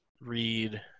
Read